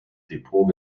depot